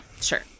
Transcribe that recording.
Sure